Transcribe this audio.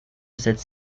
cette